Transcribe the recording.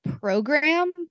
program